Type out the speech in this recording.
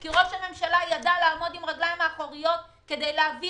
כי ראש הממשלה ידע לעמוד על הרגליים האחוריות כדי להביא